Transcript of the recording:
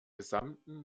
gesamten